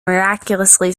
miraculously